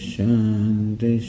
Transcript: Shanti